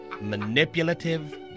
Manipulative